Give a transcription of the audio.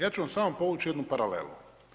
Ja ću vam samo povući jednu paralelu.